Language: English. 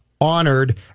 honored